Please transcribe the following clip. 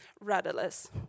rudderless